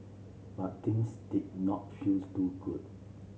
but things did not feels too good